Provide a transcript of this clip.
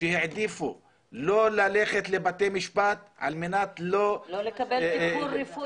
שהעדיפו לא ללכת לבתי משפט על מנת לא --- לא לקבל טיפול רפואי.